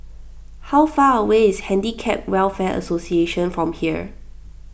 how far away is Handicap Welfare Association from here